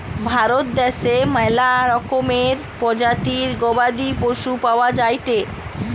ভারত দ্যাশে ম্যালা রকমের প্রজাতির গবাদি পশু পাওয়া যায়টে